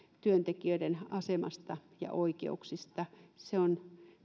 työntekijöiden asemasta ja oikeuksista se on